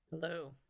Hello